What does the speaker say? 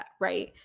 right